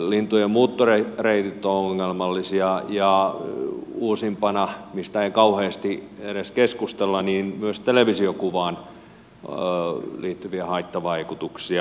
lintujen muuttoreitit ovat ongelmallisia ja uusimpana mistä ei kauheasti edes keskustella on myös televisiokuvaan liittyviä haittavaikutuksia